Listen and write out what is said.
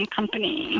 Company